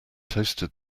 toasted